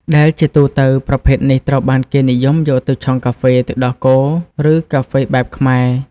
ដែលជាទូទៅ ប្រភេទនេះត្រូវបានគេនិយមយកទៅឆុងកាហ្វេទឹកដោះគោ ឬកាហ្វេបែបខ្មែរ។